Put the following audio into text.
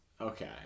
Okay